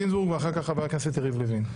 חבר הכנסת גינזבורג, ואחר כך חבר הכנסת יריב לוין.